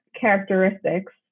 characteristics